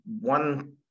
one